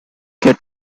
get